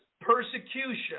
persecution